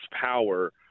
power